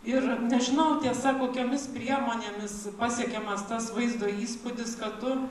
ir nežinau tiesa kokiomis priemonėmis pasiekiamas tas vaizdo įspūdis kad tu